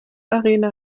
arena